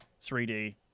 3D